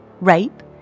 Rape